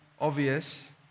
obvious